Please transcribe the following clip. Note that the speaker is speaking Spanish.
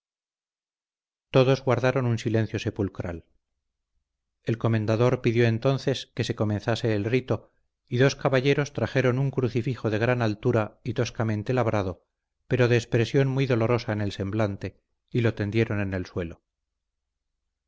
todos guardaron un silencio sepulcral el comendador pidió entonces que se comenzase el rito y dos caballeros trajeron un crucifijo de gran altura y toscamente labrado pero de expresión muy dolorosa en el semblante y lo tendieron en el suelo